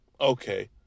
okay